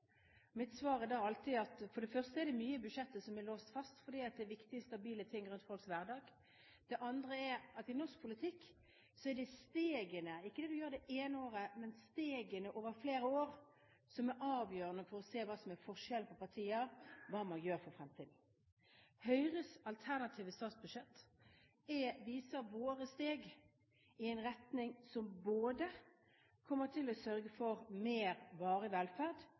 Mitt svar er da alltid at for det første er det mye i budsjettet som er låst fast fordi det er viktige, stabile ting rundt folks hverdag. Det andre er at i norsk politikk er det stegene over flere år – ikke det du gjør det ene året – som er avgjørende for å se hva som er forskjell på partier, og hva man gjør for fremtiden. Høyres alternative statsbudsjett viser våre steg i en retning som både kommer til å sørge for mer varig velferd,